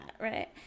right